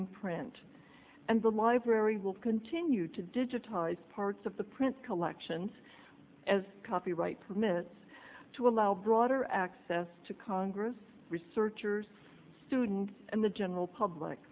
in print and the library will continue to digitize parts of the print collection as copyright permits to allow broader access to congress researchers students and the general public